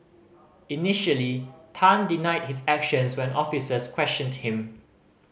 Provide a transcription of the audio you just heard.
initially Tan denied his actions when officers questioned him